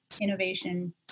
innovation